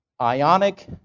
ionic